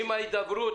עם הידברות,